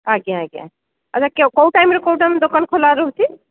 ଆଜ୍ଞା ଆଜ୍ଞା ଆଚ୍ଛା କେ କେଉଁ ଟାଇମ୍ରେ କେଉଁ ଟାଇମ୍ରେ ଦୋକାନ ଖୋଲା ରହୁଛି